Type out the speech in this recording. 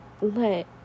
let